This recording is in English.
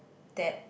that